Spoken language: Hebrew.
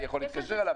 אני יכול להתקשר אליו.